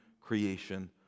creation